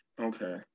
Okay